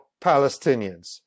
Palestinians